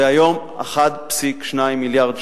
היום זה 1.2 מיליארד שקלים.